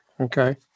Okay